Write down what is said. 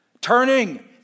Turning